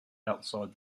outside